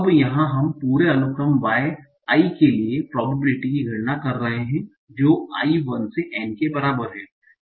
अब यहाँ हम पूरे अनुक्रम y i के लिए प्रोबेबिलिटी की गणना कर रहे हैं जो i 1 से n के बराबर है